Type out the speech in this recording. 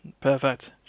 perfect